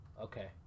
Okay